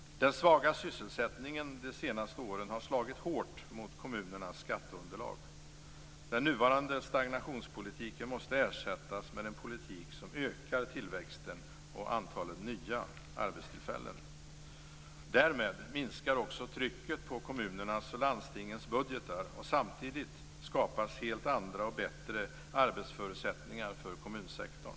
Den svaga sysselsättningen de senaste åren har slagit hårt mot kommunernas skatteunderlag. Den nuvarande stagnationspolitiken måste ersättas med en politik som ökar tillväxten och antalet nya arbetstillfällen. Därmed minskar också trycket på kommunernas och landstingens budgetar och samtidigt skapas helt andra och bättre arbetsförutsättningar för kommunsektorn.